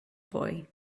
boy